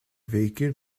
véhicule